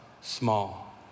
small